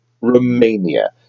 Romania